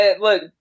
Look